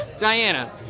Diana